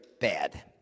bad